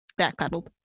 backpedaled